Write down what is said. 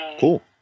Cool